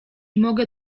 mogę